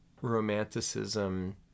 romanticism